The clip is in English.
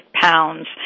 pounds